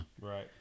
right